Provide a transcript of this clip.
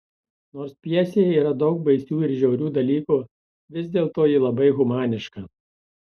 nors pjesėje yra daug baisių ir žiaurių dalykų vis dėlto ji labai humaniška